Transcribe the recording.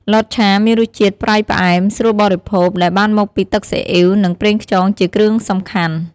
លតឆា មានរសជាតិប្រៃផ្អែម ស្រួលបរិភោគ ដែលបានមកពីទឹកស៊ីអ៊ីវ និងប្រេងខ្យងជាគ្រឿងសំខាន់។